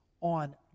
on